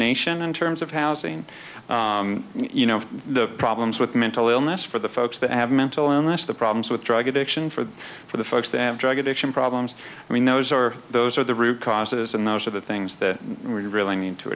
nation in terms of housing you know the problems with mental illness for the folks that have mental illness the problems with drug addiction for the for the folks that have drug addiction problems i mean those are those are the root causes and those are the things that we really need to